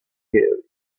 you